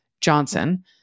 Johnson